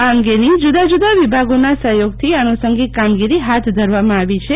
આ અંગેની જુદાં જુદાં વિભાગોના સફયોગથી આનુષાંગિક કામગીરી ફાથ ધરવામાં આવી છે